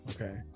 Okay